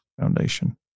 Foundation